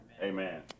Amen